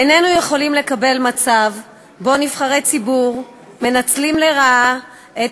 איננו יכולים לקבל מצב שנבחרי ציבור מנצלים לרעה את